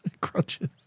Crutches